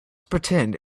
pretend